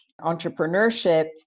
entrepreneurship